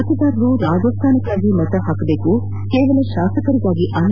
ಮತದಾರರು ರಾಜಸ್ಥಾನಕ್ಕಾಗಿ ಮತ ಹಾಕಬೇಕು ಕೇವಲ ಶಾಸಕರಿಗಾಗಿ ಅಲ್ಲ